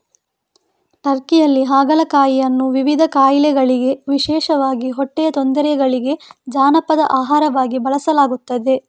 ಟರ್ಕಿಯಲ್ಲಿ ಹಾಗಲಕಾಯಿಯನ್ನು ವಿವಿಧ ಕಾಯಿಲೆಗಳಿಗೆ ವಿಶೇಷವಾಗಿ ಹೊಟ್ಟೆಯ ತೊಂದರೆಗಳಿಗೆ ಜಾನಪದ ಆಹಾರವಾಗಿ ಬಳಸಲಾಗುತ್ತದೆ